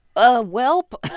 ah, welp